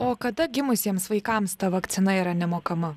o kada gimusiems vaikams ta vakcina yra nemokama